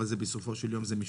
אבל בסופו של יום זה משפחות,